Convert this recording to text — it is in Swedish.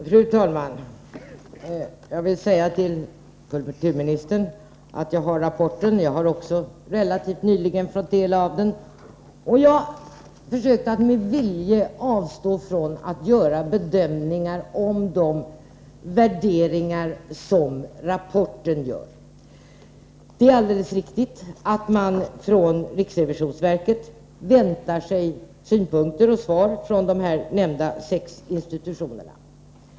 Fru talman! Jag vill säga till kulturministern att jag har rapporten — också jag har relativt nyligen fått del av den. Jag försökte med vilje att avstå från att göra bedömningar av de värderingar som man gör i rapporten. Det är alldeles riktigt att riksrevisionsverket väntar sig synpunkter och svar från de nämnda sex institutionerna.